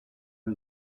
qui